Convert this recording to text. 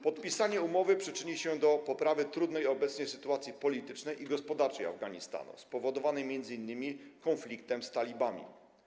Podpisanie umowy przyczyni się do poprawy trudnej obecnie sytuacji politycznej i gospodarczej Afganistanu, spowodowanej m.in. konfliktem z talibami.